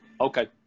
okay